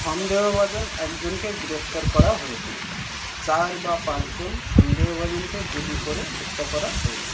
সন্দেহভাজন একজনকে গ্রেপ্তার করা হয়েছে চার বা পাঁচজন সন্দেহভাজনকে গুলি করে হত্যা করা হয়েছে